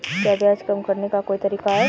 क्या ब्याज कम करने का कोई तरीका है?